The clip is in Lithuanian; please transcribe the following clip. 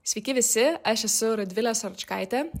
sveiki visi aš esu radvilė saročkaitė